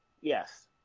Yes